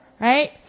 right